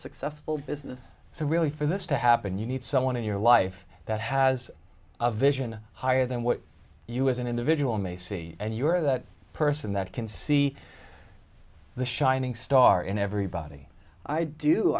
successful business so really for this to happen you need someone in your life that has a vision higher than what you as an individual may see and you're that person that can see the shining star in everybody i do